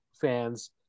fans